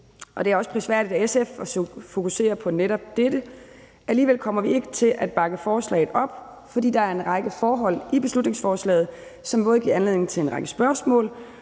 det er prisværdigt af SF at fokusere på netop dette. Alligevel kommer vi ikke til at bakke forslaget op, fordi der er en række forhold i beslutningsforslaget, som både giver anledning til en række spørgsmål